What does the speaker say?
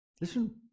Listen